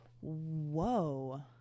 Whoa